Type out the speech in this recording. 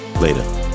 later